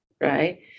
right